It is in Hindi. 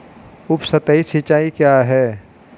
उपसतही सिंचाई क्या है?